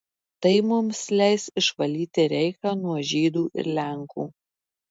tai mums leis išvalyti reichą nuo žydų ir lenkų